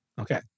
Okay